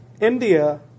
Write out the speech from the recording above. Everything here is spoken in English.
India